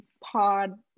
pod